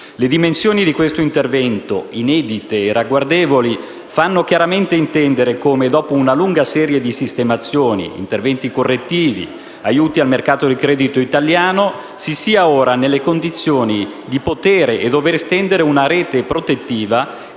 Le dimensioni di questo intervento, inedite e ragguardevoli, fanno chiaramente intendere come, dopo una lunga serie di sistemazioni ed interventi correttivi e di aiuto al mercato del credito italiano, si sia ora nelle condizioni di dover e poter stendere una rete protettiva